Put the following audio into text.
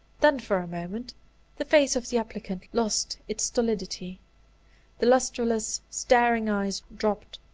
then for a moment the face of the applicant lost its stolidity the lustreless, staring eyes dropped.